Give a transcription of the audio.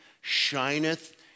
shineth